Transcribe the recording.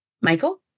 Michael